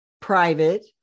private